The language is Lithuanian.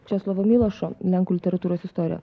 česlovo milošo lenkų literatūros istoriją